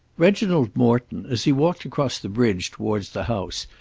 reginald morton, as he walked across the bridge towards the house,